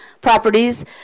properties